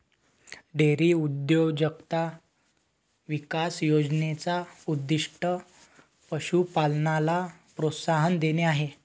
dairy उद्योजकताचा विकास योजने चा उद्दीष्ट पशु पालनाला प्रोत्साहन देणे आहे